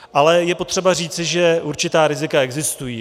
Ale je potřeba říci, že určitá rizika existují.